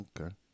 okay